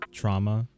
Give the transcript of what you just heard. trauma